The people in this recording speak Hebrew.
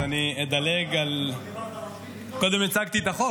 אז אני אדלג על ------ קודם הצגתי את החוק